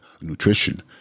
nutrition